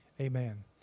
amen